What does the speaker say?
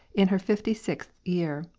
in her fifty-sixth year,